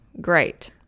great